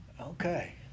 okay